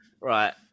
Right